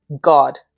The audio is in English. God